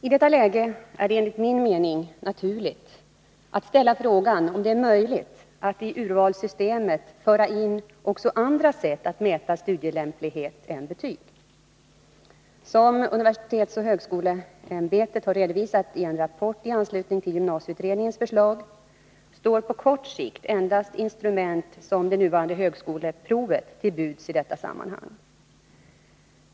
I detta läge är det enligt min mening naturligt att ställa frågan om det är möjligt att i urvalssystemet föra in också andra sätt att mäta studielämplighet än betyg. Som universitetsoch högskoleämbetet har redovisat i en rapport i anslutning till gymnasieutredningens förslag, står på kort sikt endast instrument som det nuvarande högskoleprovet till buds i detta sammanhang.